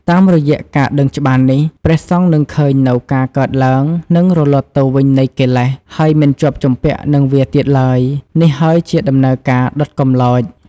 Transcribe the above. តាមរយៈការដឹងច្បាស់នេះ ព្រះសង្ឃនឹងឃើញនូវការកើតឡើង និងរលត់ទៅវិញនៃកិលេស ហើយមិនជាប់ជំពាក់នឹងវាទៀតឡើយ នេះហើយជាដំណើរការ ដុតកម្លោច ។